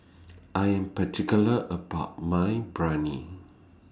I Am particular about My Biryani